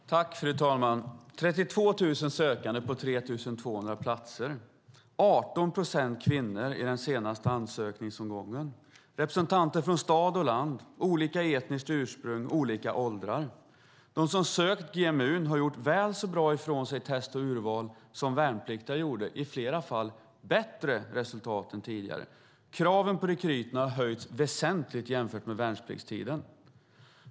Fru talman! I den senaste ansökningsomgången var det 32 000 sökande till 3 200 platser, 18 procent kvinnor, representanter från stad och land. Det var sökande med olika etniskt ursprung och i olika åldrar. De som sökt GMU har gjort väl så bra ifrån sig i test och urval som värnpliktiga gjorde - i flera fall har resultaten varit bättre än tidigare. Kraven på rekryterna har höjts väsentligt jämfört med värnpliktstiden.